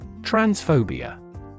Transphobia